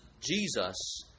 Jesus